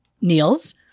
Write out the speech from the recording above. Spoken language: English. Niels